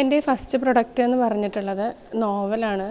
എൻ്റെ first product എന്നു പറഞ്ഞിട്ടുള്ളത് നോവലാണ്